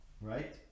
Right